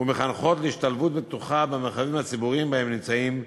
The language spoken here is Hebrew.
ומחנכות להשתלבות בטוחה במרחבים הציבוריים שבהם נמצאים התלמידים,